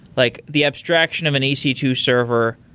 like the abstraction of an e c two server,